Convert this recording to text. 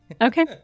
Okay